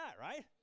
right